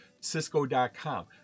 Cisco.com